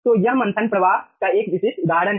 तो यह मंथन प्रवाह का एक विशिष्ट उदाहरण है